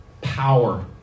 power